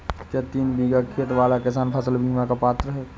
क्या तीन बीघा खेत वाला किसान फसल बीमा का पात्र हैं?